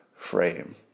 frame